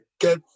get